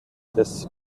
des